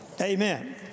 Amen